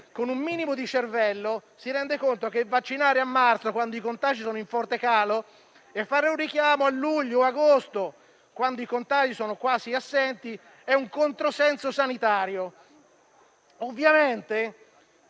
con un minimo di cervello si rende, però, conto che vaccinare a marzo, quando i contagi sono in forte calo, e fare un richiamo a luglio-agosto, quando i contagi sono quasi assenti, è un controsenso sanitario. Ovviamente,